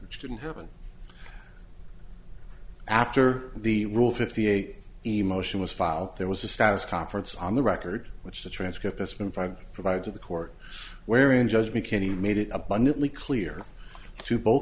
which didn't happen after the rule fifty eight emotion was filed there was a status conference on the record which the transcript has been fine provided to the court wherein judge mckinney made it abundantly clear to both